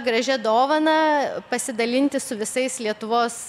gražia dovana pasidalinti su visais lietuvos